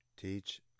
Teach